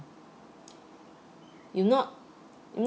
if not